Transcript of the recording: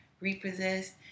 repossessed